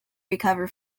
recover